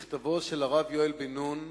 מכתבו של הרב יואל בן-נון,